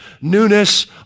newness